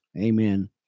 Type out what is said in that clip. Amen